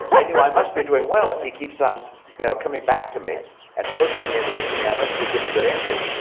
i knew i must be doing well if he keeps on you know coming back to me and pushing me and pushing me. i must be giving good answers.